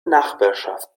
nachbarschaft